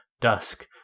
dusk